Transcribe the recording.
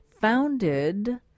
founded